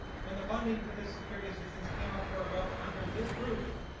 when the funding for the security assistance came up for a vote under this roof,